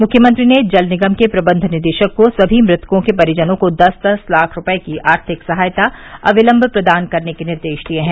मृख्यमंत्री ने जल निगम के प्रबंध निदेशक को सभी मृतकों के परिजनों को दस दस लाख रूपये की आर्थिक सहायता अविलम्ब प्रदान करने के निर्देश दिये हैं